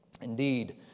Indeed